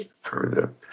further